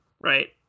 right